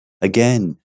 Again